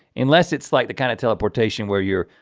unless it's like the kind of teleportation where you're